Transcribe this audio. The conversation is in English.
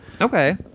Okay